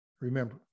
remember